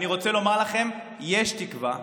אני רוצה לומר לכם: יש תקווה.